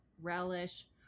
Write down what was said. relish